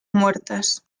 muertas